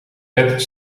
pet